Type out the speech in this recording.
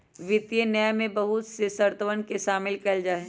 वित्तीय न्याय में बहुत से शर्तवन के शामिल कइल जाहई